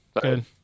Good